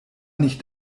nicht